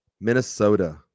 Minnesota